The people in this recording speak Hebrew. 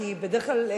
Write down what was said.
כי בדרך כלל,